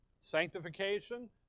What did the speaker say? sanctification